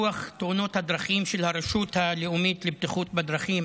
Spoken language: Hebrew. דוח תאונות הדרכים של הרשות הלאומית לבטיחות בדרכים